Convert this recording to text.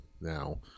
now